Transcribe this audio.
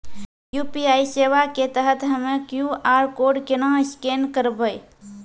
UPI सेवा के तहत हम्मय क्यू.आर कोड केना स्कैन करबै?